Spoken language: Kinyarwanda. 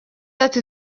ati